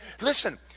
Listen